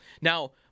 Now